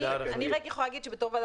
אני אם הייתי יכולה להגיד שבתור יושבת-ראש